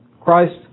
Christ